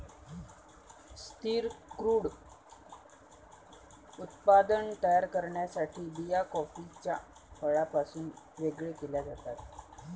स्थिर क्रूड उत्पादन तयार करण्यासाठी बिया कॉफीच्या फळापासून वेगळे केल्या जातात